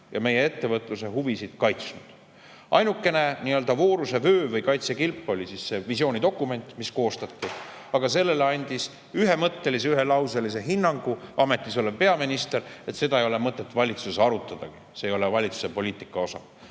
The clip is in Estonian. ja meie ettevõtluse huvisid kaitsnud. Ainukene voorusevöö või kaitsekilp on olnud see visioonidokument, mis koostati, aga sellele andis ühelauselise ja ühemõttelise hinnangu ametis olev peaminister, kes ütles, et seda ei ole mõtet valitsuses arutada, see ei ole valitsuse poliitika osa.